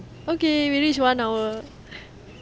okay we reach one hour